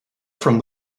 from